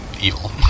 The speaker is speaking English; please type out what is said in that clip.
evil